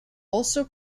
also